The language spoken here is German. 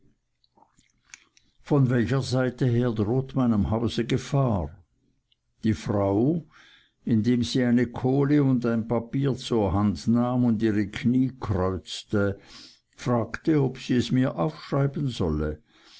von welcher seite her droht meinem hause gefahr die frau indem sie eine kohle und ein papier zur hand nahm und ihre knie kreuzte fragte ob sie es mir aufschreiben solle